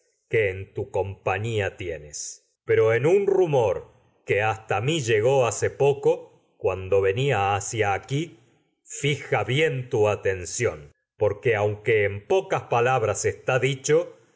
que en tu compañía tienes pero en un rumor que hasta mí llegó hace poco cuando venia hacia aquí bien está fija bras tu atención es porque aunque en pocas y pala dicho